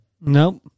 Nope